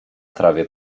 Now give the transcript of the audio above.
trawie